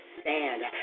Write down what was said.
stand